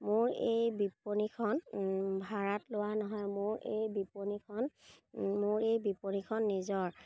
মোৰ এই বিপণীখন ভাড়াত লোৱা নহয় মোৰ এই বিপণীখন মোৰ এই বিপণীখন নিজৰ